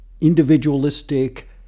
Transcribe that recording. individualistic